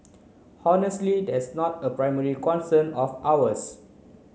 honestly that's not a primary concern of ours